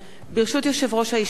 ברשות יושב-ראש הישיבה,